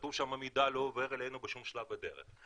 שכתוב שם שמידע לא עובר אלינו בשום שלב בדרך,